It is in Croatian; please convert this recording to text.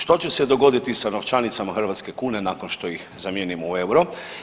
Što će se dogoditi sa novčanicama hrvatske kune nakon što ih zamijenimo u euro?